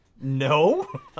No